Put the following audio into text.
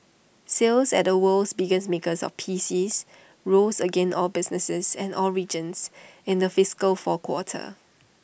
sales at the world's biggest maker of PCs rose again all businesses and all regions in the fiscal four quarter